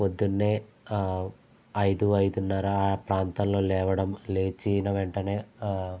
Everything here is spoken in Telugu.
పొద్దున్నే ఐదు ఐదునర్ర ఆ ప్రాంతంలో లేవడం లేచిన వెంటనే